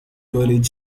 toilet